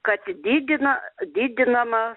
kad didina didinama